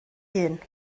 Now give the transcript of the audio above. hun